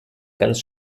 ganz